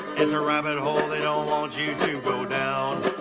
in the rabbit hole. they don't want you to bow down